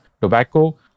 tobacco